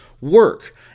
work